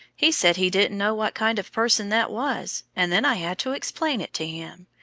he said he didn't know what kind of person that was. and then i had to explain it to him.